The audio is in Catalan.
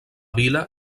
vila